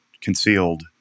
concealed